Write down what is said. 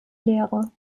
lehre